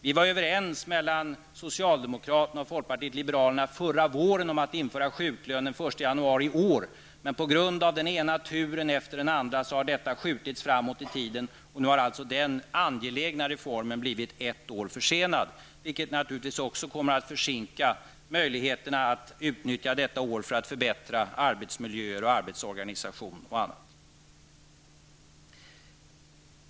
Vi var förra våren överns mellan socialdemokraterna och folkpartiet liberalerna om att införa sjuklön den 1 januari i år. Men på grund av den ena turen efter den andra har detta förslag skjutits fram i tiden. Nu har alltså den angelägna reformen blivit ett år försenad, vilket naturligtvis också kommer att försinka möjligheterna att utnyttja detta år för att förbättra arbetsmiljöer, arbetsorganisation och annat.